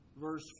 verse